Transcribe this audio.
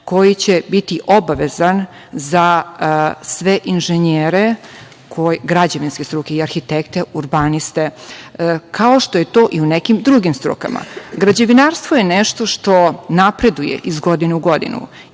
koji će biti obavezan za sve inženjere, građevinske struke i arhitekte, urbaniste, kao što je to i u nekim drugim strukama. Građevinarstvo je nešto što napreduje iz godine u godinu,